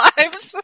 Lives